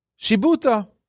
Shibuta